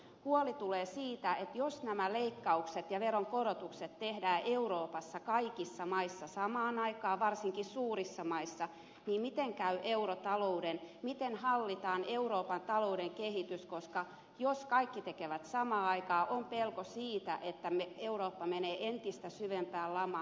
huoli tulee siitä että jos nämä leikkaukset ja veronkorotukset tehdään euroopassa kaikissa maissa samaan aikaan varsinkin suurissa maissa niin miten käy eurotalouden miten hallitaan euroopan talouden kehitys koska jos kaikki tekevät ne samaan aikaan on pelko siitä että eurooppa menee entistä syvempään lamaan